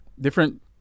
Different